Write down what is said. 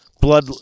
blood